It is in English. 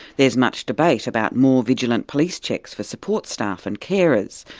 there's much debate about more vigilant police checks for support staff and carers,